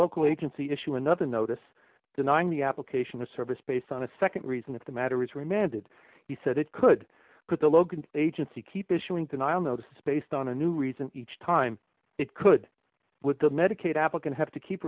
local agency issue another notice denying the application of service based on a nd reason if the matter was remanded he said it could cause the logan agency keep issuing denial notice based on a new reason each time it could with the medicaid applicant have to keep